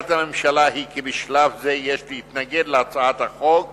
עמדת הממשלה היא כי בשלב זה יש להתנגד להצעת החוק